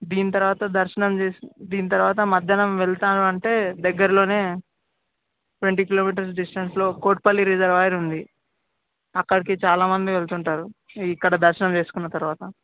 దీని తర్వాత దర్శనం చేసి దీని తర్వాత మధ్యాహ్నం వెళ్తాను అంటే దగ్గరలోనే ట్వంటీ కిలోమీటర్స్ డిస్టెన్స్లో కోటిపల్లి రిజర్వాయిర్ ఉంది అక్కడకి చాలామంది వెళ్తుంటారు ఇక్కడ దర్శనం చేసుకున్న తర్వాత